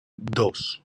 dos